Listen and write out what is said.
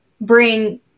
bring